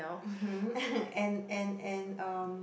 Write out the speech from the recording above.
mmhmm and and and um